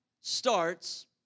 starts